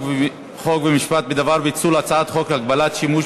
חוק ומשפט בדבר פיצול הצעת חוק הגבלת שימוש